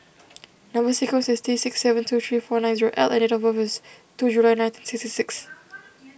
Number Sequence is T six seven two three four nine zero L and date of birth is two July nineteen sixty six